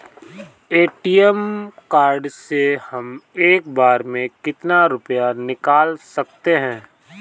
ATM card से हम एक बार में कितना रुपया निकाल सकते हैं?